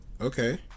okay